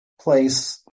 place